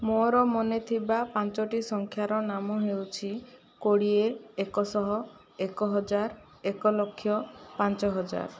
ମୋର ମନେଥିବା ପାଞ୍ଚଟି ସଂଖ୍ୟାର ନାମ ହେଉଛି କୋଡ଼ିଏ ଏକଶହ ଏକହଜାର ଏକଲକ୍ଷ ପାଞ୍ଚହଜାର